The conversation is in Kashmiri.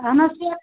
اَہَن حظ کیٛاہ